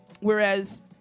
Whereas